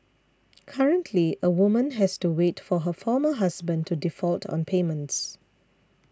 currently a woman has to wait for her former husband to default on payments